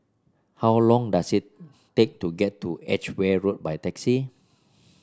how long does it take to get to Edgeware Road by taxi